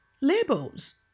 labels